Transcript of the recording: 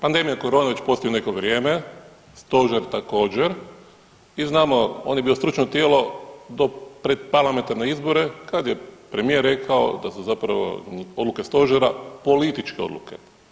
Pandemija korone već postoji neko vrijeme, stožer također i znamo on je bio stručno tijelo do pred parlamentarne izbore kad je premijer rekao da se zapravo odluke stožera političke odluke.